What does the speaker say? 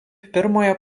pirmojo